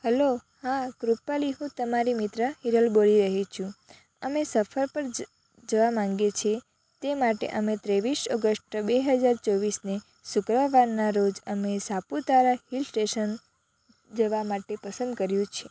hello હાં કૃપાલી હું તમારી મિત્ર હિરલ બોલી રહી છું અને સફર પર જવા માંગીયે છે એના માટે અમે ત્રેવીસ ઓગષ્ટ બે હજાર ચોવીસને શુક્રવારના રોજ અમે સાપુતારા હિલ સ્ટેશન જવા માટે પસંદ કર્યું છે